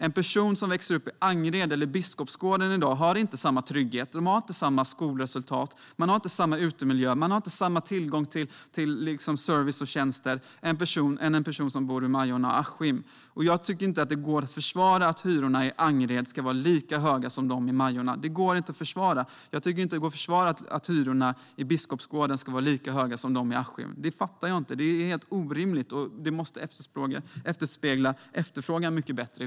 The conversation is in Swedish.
En person som växer upp i Angered eller i Biskopsgården har inte samma trygghet, skolresultat, utemiljö, tillgång till service och tjänster som en person som bor i Majorna eller Askim. Det går knappast att försvara att hyrorna i Angered är lika höga som de i Majorna. Det går inte att försvara att hyrorna i Biskopsgården är lika höga som de i Askim. Det är helt orimligt. I framtiden måste hyrorna avspegla efterfrågan mycket bättre.